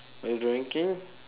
by drinking